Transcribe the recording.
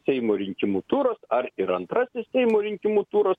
seimo rinkimų turas ar ir antrasis seimo rinkimų turas